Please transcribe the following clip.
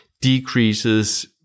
decreases